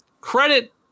credit